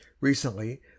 Recently